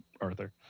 Arthur